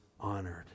honored